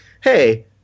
hey